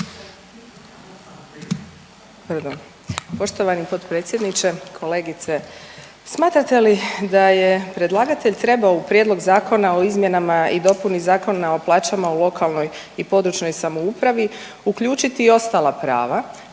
Poštovani potpredsjedniče. Kolegice, smatrate li da je predlagatelj trebamo u Prijedlog zakona o izmjenama i dopuni Zakona o plaćama u lokalnoj i područnoj samoupravi uključiti i ostala prava,